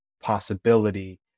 possibility